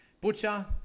Butcher